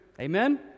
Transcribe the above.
Amen